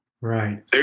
Right